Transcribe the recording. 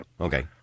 Okay